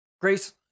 Grace